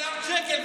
מיליארד שקל,